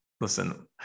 listen